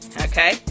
Okay